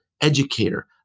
educator